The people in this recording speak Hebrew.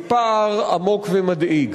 מיני ופוליטי.